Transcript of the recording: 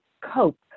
cope